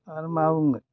आरो मा बुंनो